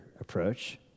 approach